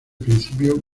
principio